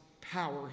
power